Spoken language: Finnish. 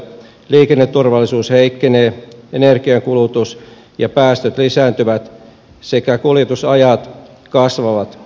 liikenneturvallisuus heikkenee energiankulutus ja päästöt lisääntyvät sekä kuljetusajat kasvavat